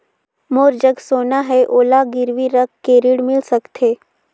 मोर जग सोना है ओला गिरवी रख के ऋण मिल सकथे?